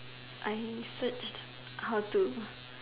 I searched how to